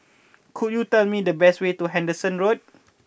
could you tell me the way to Henderson Road